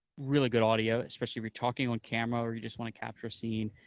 really good audio, especially if you're talking on camera or you just want to capture a scene,